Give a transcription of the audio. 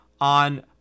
on